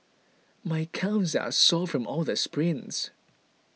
my calves are sore from all the sprints